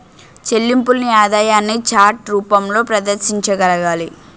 చెల్లింపుల్ని ఆదాయాన్ని చార్ట్ రూపంలో ప్రదర్శించగలగాలి